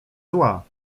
zła